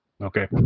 Okay